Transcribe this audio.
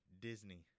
Disney